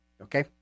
Okay